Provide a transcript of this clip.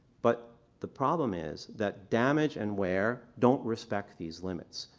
but the problem is that damage and wear don't respect these limits.